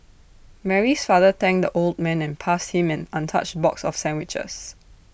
Mary's father thanked the old man and passed him an untouched box of sandwiches